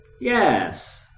Yes